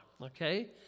okay